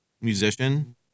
musician